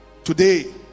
Today